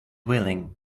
willing